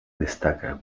destaca